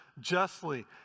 justly